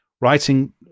writing